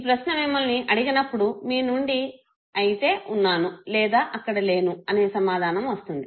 ఈ ప్రశ్న మిమ్మల్ని అడిగినప్పుడు మీ నుండి అయితే వున్నాను లేదా అక్కడ లేను అనే సమాధానం వస్తుంది